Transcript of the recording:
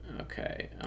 Okay